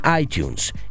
iTunes